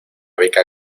beca